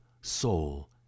soul